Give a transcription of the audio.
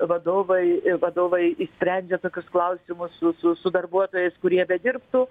vadovai i vadovai išsprendžia tokius klausimus su su su darbuotojais kurie bedirbtų